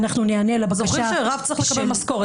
ואנחנו ניענה לבקשה של --- אתם זוכרים שרב צריך לקבל משכורת?